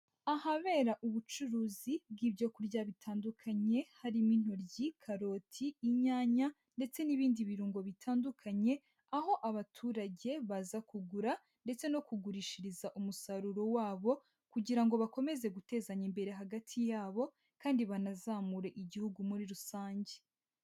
Ahabera ubucuruzi bw'ibyo kurya bitandukanye harimo intoryi, karoti, inyanya ndetse n'ibindi birungo bitandukanye, aho abaturage baza kugura ndetse no kugurishiriza umusaruro wabo, kugira ngo bakomeze gutezanya imbere hagati yabo, kandi banazamure igihugu muri rusange.